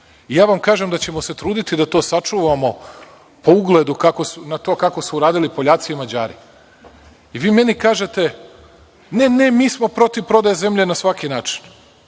Kažem vam da ćemo se truditi da to sačuvamo po ugledu na to kako se to radili Poljaci i Mađari i vi meni kažete – ne, ne, mi smo protiv prodaje zemlje na svaki način.